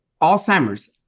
Alzheimer's